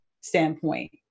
standpoint